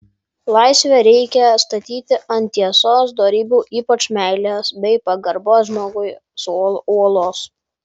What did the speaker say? laisvę reikia statyti ant tiesos dorybių ypač meilės bei pagarbos žmogui uolos